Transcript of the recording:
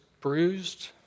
bruised